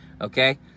okay